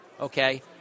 okay